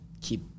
keep